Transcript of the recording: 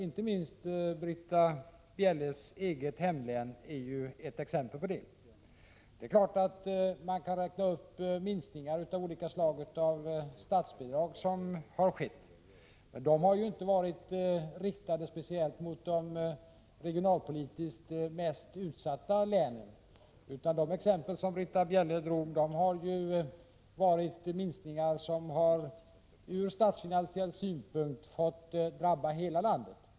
Inte minst Britta Bjelles eget hemlän är exempel på det. Det är klart att man kan räkna upp minskningar som skett av statsbidrag av olika slag. Men dessa minskningar har inte på något sätt varit riktade mot de regionalpolitiskt sett mest utsatta länen. De exempel som Britta Bjelle anförde har gällt minskningar som ur statsfinansiell synpunkt har drabbat hela landet.